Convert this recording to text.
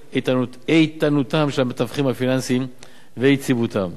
איתנותם של המתווכים הפיננסיים ויציבותם.